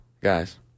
Guys